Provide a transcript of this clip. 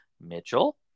Mitchell